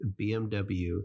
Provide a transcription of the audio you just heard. BMW